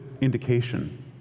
indication